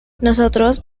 nosotros